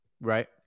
Right